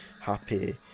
...happy